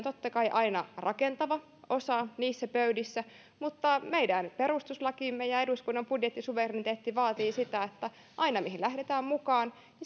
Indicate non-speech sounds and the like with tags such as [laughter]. [unintelligible] totta kai aina rakentava osa niissä pöydissä mutta meidän perustuslakimme ja eduskunnan budjettisuvereniteetti vaativat sitä että aina sille mihin lähdetään mukaan